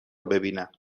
ببینم